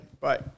Bye